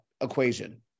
equation